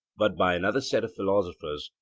but by another sect of philosophers,